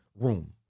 room